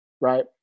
right